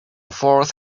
forth